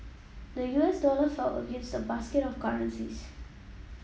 the U S dollar fell against the basket of currencies